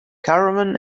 caravan